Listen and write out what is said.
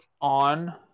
on